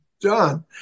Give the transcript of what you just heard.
done